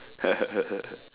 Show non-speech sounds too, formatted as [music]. [laughs]